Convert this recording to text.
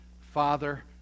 Father